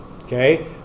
okay